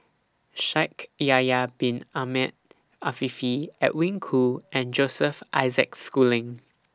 Shaikh Yahya Bin Ahmed Afifi Edwin Koo and Joseph Isaac Schooling